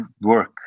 work